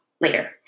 later